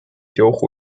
交会